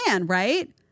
right